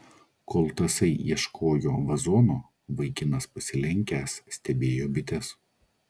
kol tasai ieškojo vazono vaikinas pasilenkęs stebėjo bites